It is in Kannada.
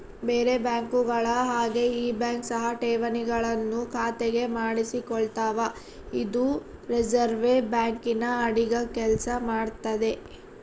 ಬೇರೆ ಬ್ಯಾಂಕುಗಳ ಹಾಗೆ ಈ ಬ್ಯಾಂಕ್ ಸಹ ಠೇವಣಿಗಳನ್ನು ಖಾತೆಗೆ ಮಾಡಿಸಿಕೊಳ್ತಾವ ಇದು ರಿಸೆರ್ವೆ ಬ್ಯಾಂಕಿನ ಅಡಿಗ ಕೆಲ್ಸ ಮಾಡ್ತದೆ